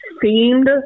seemed